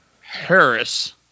Harris